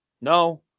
No